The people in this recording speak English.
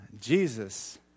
Jesus